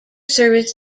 service